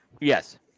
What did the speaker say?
Yes